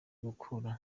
gukura